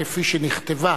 כפי שנכתבה